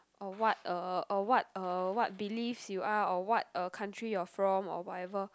or what uh or what uh what beliefs you are or what uh country you are from or whatever